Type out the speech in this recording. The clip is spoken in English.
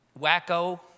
wacko